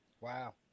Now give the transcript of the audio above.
Wow